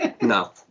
no